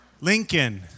Lincoln